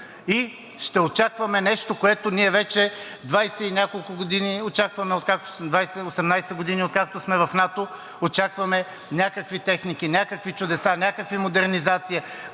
и ще очакваме нещо, което ние вече двадесет и няколко години очакваме. Осемнадесет години откакто сме в НАТО, очакваме някакви техники, някакви чудеса, някакви модернизации.